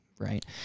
right